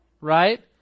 right